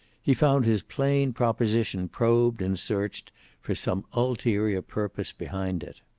he found his plain proposition probed and searched for some ulterior purpose behind it.